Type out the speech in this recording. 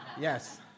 Yes